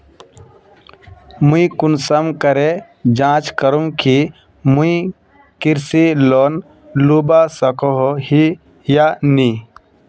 मुई कुंसम करे जाँच करूम की मुई कृषि लोन लुबा सकोहो ही या नी?